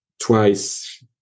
twice